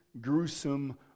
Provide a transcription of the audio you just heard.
gruesome